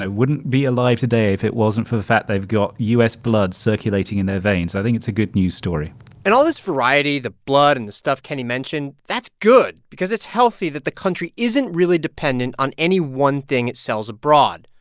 wouldn't be alive today if it wasn't for the fact they've got u s. blood circulating in their veins. i think it's a good news story and all this variety the blood and the stuff kenny mentioned that's good because it's healthy that the country isn't really dependent on any one thing it sells abroad.